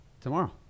Tomorrow